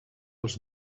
els